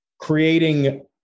creating